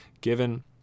given